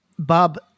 Bob